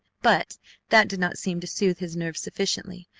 but that did not seem to soothe his nerves sufficiently,